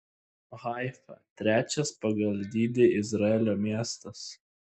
haifa trečias pagal dydį izraelio miestas